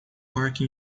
parque